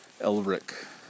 Elric